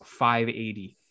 580